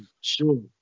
Sure